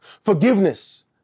Forgiveness